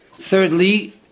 Thirdly